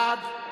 בעד,